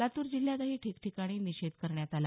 लातूर जिल्ह्यातही ठिकठिकाणी निषेध करण्यात आला